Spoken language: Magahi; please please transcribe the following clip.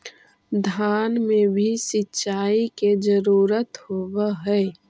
धान मे भी सिंचाई के जरूरत होब्हय?